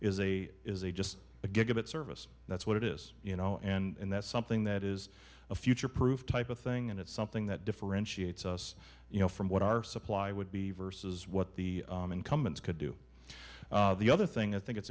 is a is a just a gigabit service that's what it is you know and that's something that is a future proof type of thing and it's something that differentiates us you know from what our supply would be versus what the incumbents could do the other thing i think it's